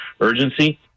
urgency